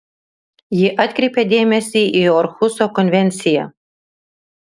ji atkreipia dėmesį į orhuso konvenciją